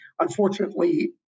unfortunately